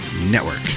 Network